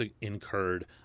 incurred